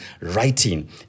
writing